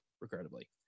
regrettably